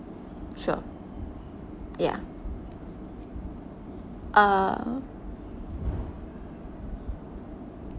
sure ya uh